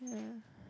yeah